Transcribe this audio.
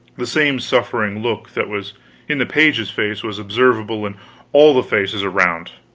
the same suffering look that was in the page's face was observable in all the faces around